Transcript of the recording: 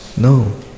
No